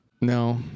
No